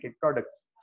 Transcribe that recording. products